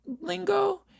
lingo